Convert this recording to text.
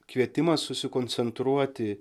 kvietimas susikoncentruoti